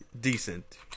decent